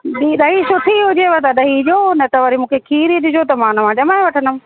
ॾी ॾही सुठी हुजेव त ॾही ॾियो न त वरी मूंखे खीर ई ॾिजो त मां हुनमां ॼमाइ वठंदमि